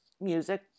music